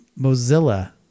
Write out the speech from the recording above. Mozilla